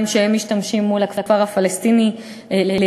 שבהם הם משתמשים מול הכפר הפלסטיני לידם,